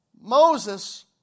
Moses